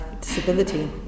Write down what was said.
disability